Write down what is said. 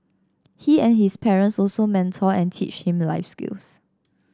he and his parents also mentor and teach them life skills